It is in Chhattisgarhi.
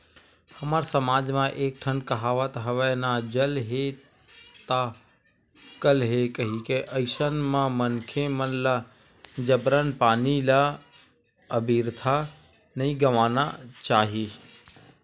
हमर समाज म एक ठन कहावत हवय ना जल हे ता कल हे कहिके अइसन म मनखे मन ल जबरन पानी ल अबिरथा नइ गवाना चाही